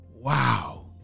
Wow